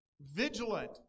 vigilant